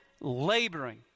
laboring